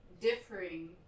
differing